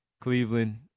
Cleveland